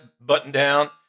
button-down